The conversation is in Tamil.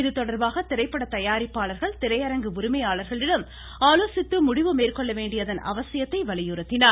இதுதொடர்பாக திரைப்பட தயாரிப்பாளர்கள் திரையரங்கு உரிமையாளர்களிடம் ஆலோசித்து முடிவு மேற்கொள்ள வேண்டியதன் அவசியத்தை வலியுறுத்தினார்